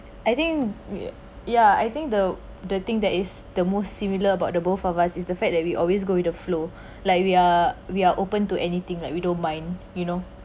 I think ya ya I think the the thing that is the most similar about the both of us is the fact that we always go with the flow like we are we are open to anything like we don't mind you know